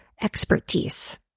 expertise